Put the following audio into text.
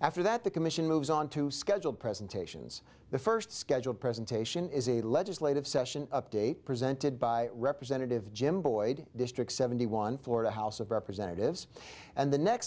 after that the commission moves on to schedule presentations the first scheduled presentation is a legislative session update presented by representative jim boyd district seventy one florida house of representatives and the next